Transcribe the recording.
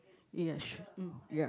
yes uh ya